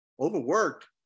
overworked